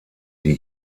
die